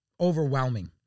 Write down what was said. overwhelming